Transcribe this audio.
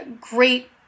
great